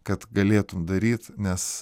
kad galėtum daryti nes